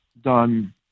done